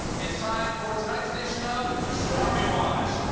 it's time for tonight's edition of stormy watch!